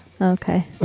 Okay